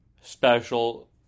special